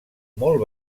molt